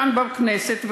כאן בכנסת,